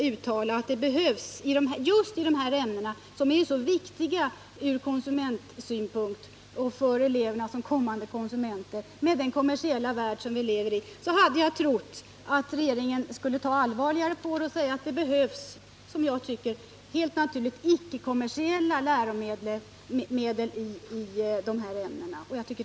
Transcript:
När det gäller just dessa ämnen, som är så viktiga för eleverna som kommande konsumenter i den kommersiella värld som vi lever i, hade jag trott att regeringen skulle ta allvarligare på förhållandena och uttala att det behövs — som jag tycker helt naturligt — icke-kommersiella läromedel i dessa ämnen.